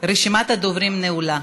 רשימת הדוברים נעולה.